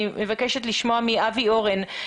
אני מבקשת לשמוע מאבי אורן,